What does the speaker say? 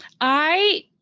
I-